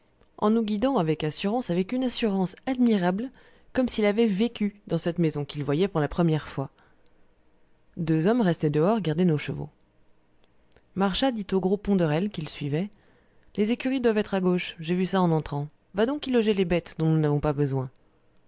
en nous guidant avec assurance avec une assurance admirable comme s'il avait vécu dans cette maison qu'il voyait pour la première fois deux hommes restés dehors gardaient nos chevaux marchas dit au gros ponderel qui le suivait les écuries doivent être à gauche j'ai vu ça en entrant va donc y loger les bêtes dont nous n'avons pas besoin